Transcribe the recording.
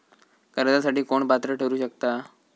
कर्जासाठी कोण पात्र ठरु शकता?